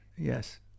Yes